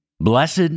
Blessed